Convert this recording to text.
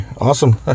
Awesome